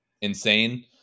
insane